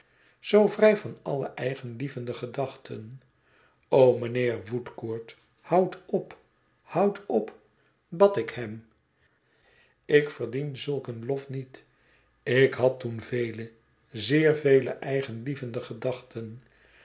zoo vrij van alle eigenlievende gedachten o mijnheer woodcourt houd op houd op bad ik hem ik verdien zulk een lof niet ik had toen vele zeer vele eigenlievende gedachten